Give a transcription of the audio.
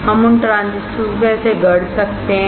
हम उन ट्रांजिस्टर को कैसे गढ़ सकते हैं